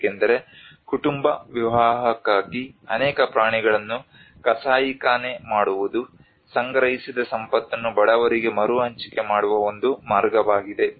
ಏಕೆಂದರೆ ಕುಟುಂಬ ವಿವಾಹಕ್ಕಾಗಿ ಅನೇಕ ಪ್ರಾಣಿಗಳನ್ನು ಕಸಾಯಿಖಾನೆ ಮಾಡುವುದು ಸಂಗ್ರಹಿಸಿದ ಸಂಪತ್ತನ್ನು ಬಡವರಿಗೆ ಮರುಹಂಚಿಕೆ ಮಾಡುವ ಒಂದು ಮಾರ್ಗವಾಗಿದೆ